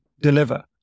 deliver